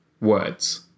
words